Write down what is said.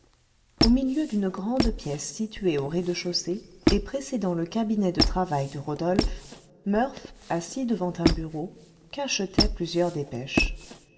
au milieu d'une grande pièce située au rez-de-chaussée et précédant le cabinet de travail de rodolphe murph assis devant un bureau cachetait plusieurs dépêches